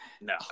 No